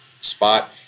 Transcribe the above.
spot